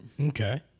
Okay